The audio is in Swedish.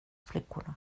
flickorna